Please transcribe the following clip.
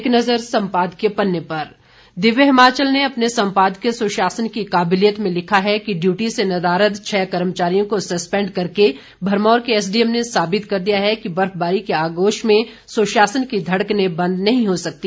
एक नजर सम्पादकीय पन्ने पर दिव्य हिमाचल ने अपने संपादकीय सुशासन की काबिलीयत में लिखा है कि डयूटी से नदारद छह कर्मचारियों को सस्पेंड करके भरमौर के एसडीएम ने साबित कर दिया है कि बर्फबारी के आगोश में सुशासन की धड़कनें बंद नहीं हो सकती